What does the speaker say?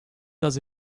does